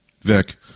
Vic